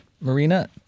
Marina